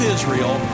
Israel